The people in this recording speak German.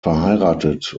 verheiratet